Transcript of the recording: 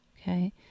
Okay